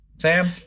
Sam